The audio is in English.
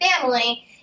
family